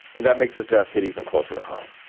and that makes his death hit even closer to home.